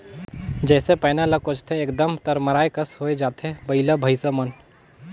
जइसे पैना ल कोचथे एकदम तरमराए कस होए जाथे बइला भइसा मन